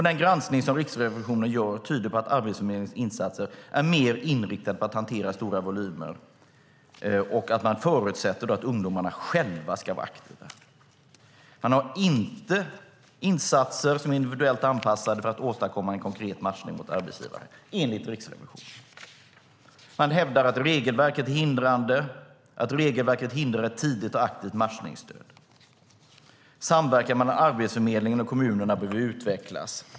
Den granskning som Riksrevisionen gör tyder på att Arbetsförmedlingens insatser är mer inriktade på att hantera stora volymer, och man förutsätter att ungdomarna själva ska vara aktiva. Man har inte insatser som är individuellt anpassade för att åstadkomma en konkret matchning mot arbetsgivaren, enligt Riksrevisionen. Man hävdar att regelverket är hindrande - att regelverket hindrar ett tidigt och aktivt matchningsstöd. Samverkan mellan Arbetsförmedlingen och kommunerna behöver utvecklas.